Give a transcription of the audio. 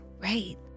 Right